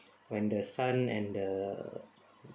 when the son and the